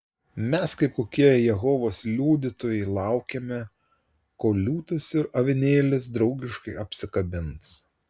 mes kaip kokie jehovos liudytojai laukiame kol liūtas ir avinėlis draugiškai apsikabins